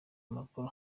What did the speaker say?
macron